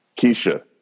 Keisha